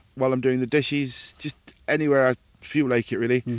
while i'm doing the dishes, just anywhere i feel like it really.